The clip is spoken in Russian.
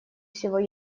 всего